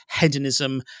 hedonism